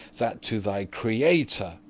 that to thy creator,